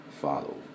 Follow